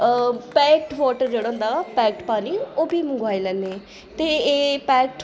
packed water जेह्ड़ा होंदा packed पानी ओह् बी मंगोआई लैन्ने ते एह् पैकड